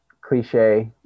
cliche